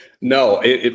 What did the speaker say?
No